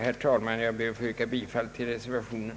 Jag yrkar därför bifall till reservationen.